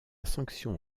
sanction